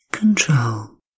Control